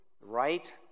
right